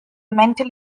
mental